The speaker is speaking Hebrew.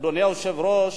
אדוני היושב-ראש,